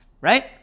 right